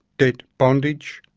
debt bondage,